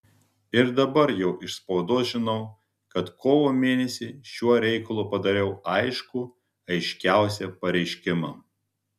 ir dabar jau iš spaudos žinau kad kovo mėnesį šiuo reikalu padariau aiškų aiškiausią pareiškimą